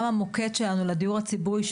גם המוקד שלנו לדיור הציבורי,